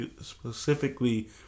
specifically